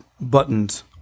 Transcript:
buttons